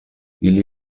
ili